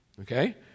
Okay